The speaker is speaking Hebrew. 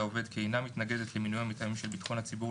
העובד כי אינה מתנגדת למינויו מטעמים של ביטחון הציבור,